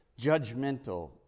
judgmental